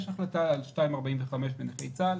יש החלטה על 2.45% לנכי צה"ל.